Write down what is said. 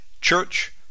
church